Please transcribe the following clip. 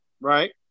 right